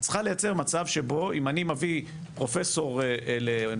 היא צריכה לייצר מצב שבו אם אני מביא פרופסור לאוניברסיטת